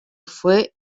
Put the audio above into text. fue